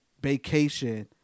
vacation